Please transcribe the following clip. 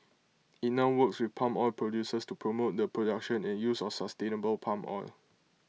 IT now works with palm oil producers to promote the production and use of sustainable palm oil